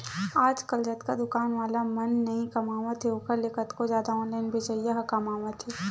आजकल जतका दुकान वाला मन नइ कमावत हे ओखर ले कतको जादा ऑनलाइन बेचइया ह कमावत हें